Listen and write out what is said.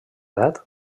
edat